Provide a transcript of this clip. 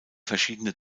verschiedene